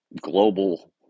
global